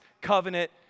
covenant